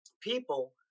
people